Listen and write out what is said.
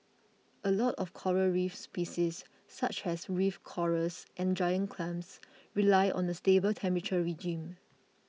a lot of coral reef species such as reef corals and giant clams rely on a stable temperature regime